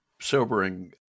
sobering